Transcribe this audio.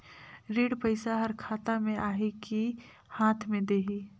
ऋण पइसा हर खाता मे आही की हाथ मे देही?